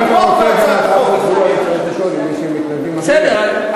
אם אתה רוצה, אני צריך לשאול אם יש מתנגדים, בסדר.